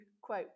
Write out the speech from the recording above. quote